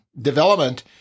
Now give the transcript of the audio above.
development